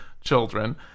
children